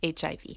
HIV